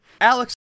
Alex